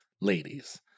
ladies